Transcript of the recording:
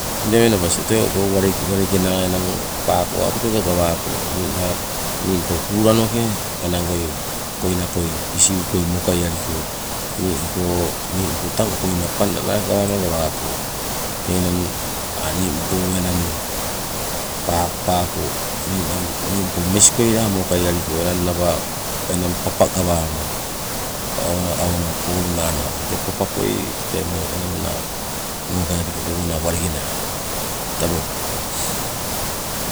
Teng tete menabas tee tewo walenge naa enang paako auka teuka gawako, ningna ningpo kulano enangoi koina koi isi'uu koi mokai aliko, ningpo tang koina panna gawama gawako, tee enang ningpo enang paaako, paako ninang ningpo meskoi la mokai aliko enang naba enang papa gawama, awo awo nawa polo naa nawa tete papa koi tee enangna mokai aliko tewona walenge naa. Tabo.